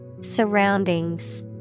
Surroundings